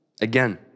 Again